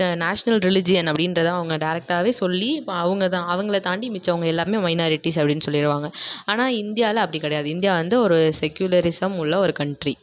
national religion அப்படின்றத அவங்க டேரக்ட்டாவே சொல்லி இப்போ அவங்க தான் அவங்கள தாண்டி மிச்சவங்க எல்லாரும் மைனாரிட்டிஸ் அப்படின்னு சொல்லிடுவாங்க ஆனால் இந்தியாவில் அப்படி கிடையாது இந்தியா வந்து ஒரு செக்யூலரிஸம் உள்ள ஒரு கண்ட்ரி